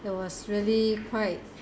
there was really quite